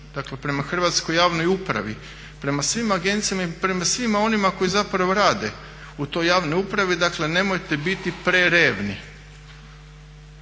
Dakle prema Hrvatskoj javnoj upravi i prema svim agencijama i prema svima onima koji zapravo rade u toj javnoj upravi. Dakle nemojte biti prerevni.